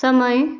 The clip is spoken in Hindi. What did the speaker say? समय